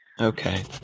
Okay